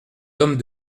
hommes